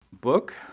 book